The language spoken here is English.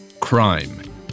Crime